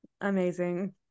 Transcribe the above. Amazing